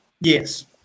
yes